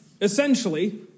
Essentially